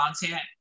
content